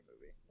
movie